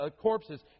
corpses